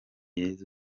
yesu